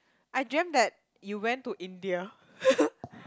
I dreamt that you went to India